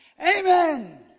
Amen